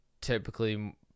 typically